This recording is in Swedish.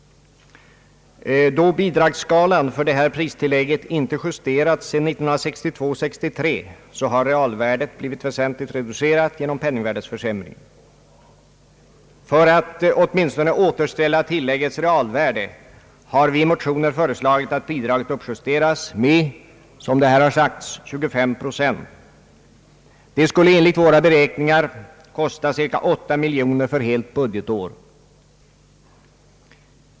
Då bidragsskalan för detta pristilllägg inte justerats sedan 1962/63, har realvärdet blivit väsentligt reducerat genom penningvärdeförsämringen. För att åtminstone återställa tilläggets realvärde har vi i motion föreslagit att bidraget uppjusteras med 25 procent. Det skulle enligt våra beräkningar kosta cirka 8 miljoner kronor för helt budgetår.